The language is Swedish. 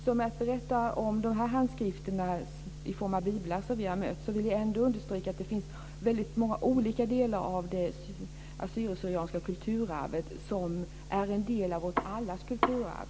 När det gäller de handskrifter i form av biblar som vi har mött vill jag understryka att det finns väldigt många olika delar av det assyrisk/syrianska kulturarvet som är en del av allas vårt kulturarv.